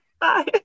Bye